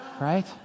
right